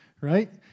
right